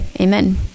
Amen